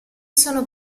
sono